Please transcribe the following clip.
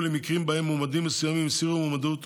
למקרים שבהם מועמדים מסוימים הסירו מועמדות,